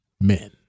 men